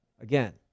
again